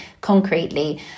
concretely